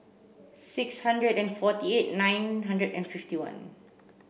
six hundred and forty eight nine hundred and fifty one